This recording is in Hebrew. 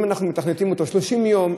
אם אנחנו מתכנתים אותו ל-30 יום,